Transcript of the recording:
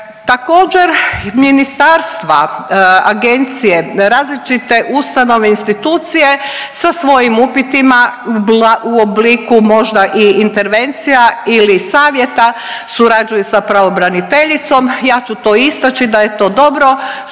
Također ministarstva, agencije, različite ustanove i institucije sa svojim upitima u obliku možda i intervencija ili savjeta surađuju sa pravobraniteljicom. Ja ću to istaći da je to dobro